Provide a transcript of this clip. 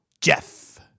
Jeff